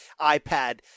iPad